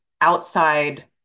outside